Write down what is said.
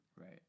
Right